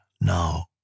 now